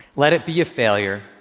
let it be a failure.